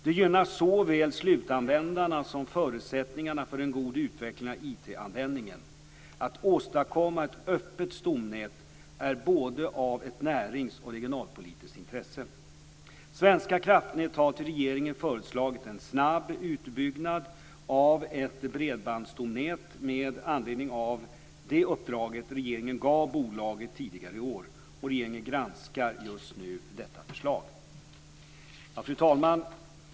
Det gynnar såväl slutanvändarna som förutsättningarna för en god utveckling av IT-användningen. Att åstadkomma ett öppet stomnät är av ett både närings och regionalpolitiskt intresse. Svenska kraftnät har till regeringen föreslagit en snabb utbyggnad av ett bredbandsstomnät med anledning av det uppdrag som regeringen gav bolaget tidigare i år. Regeringen granskar just nu detta förslag. Fru talman!